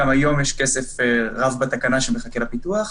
גם היום יש כסף רב בתקנה שמחכה לפיתוח,